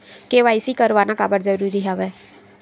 KYC करवाना काबर जरूरी हवय?